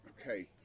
okay